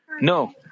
No